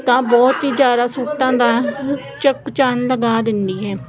ਤਾਂ ਬਹੁਤ ਹੀ ਜ਼ਿਆਦਾ ਸੂਟਾਂ ਦਾ ਚੁੱਕ ਚਾਂਦ ਲਗਾ ਦਿੰਦੀ ਹੈ